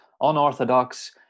unorthodox